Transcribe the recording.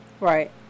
Right